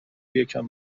یکم